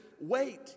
wait